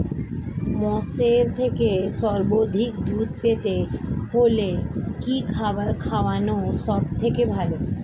মোষের থেকে সর্বাধিক দুধ পেতে হলে কি খাবার খাওয়ানো সবথেকে ভালো?